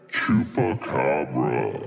Chupacabra